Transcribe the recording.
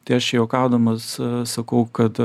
tai aš juokaudamas sakau kad